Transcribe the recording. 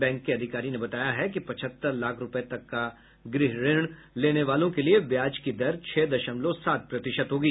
bank के अधिकारी ने बताया है कि पचहत्तर लाख रुपये तक का गृह ऋण लेने वालों के लिए ब्याज की दर छह दशमलव सात प्रतिशत होगी